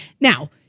Now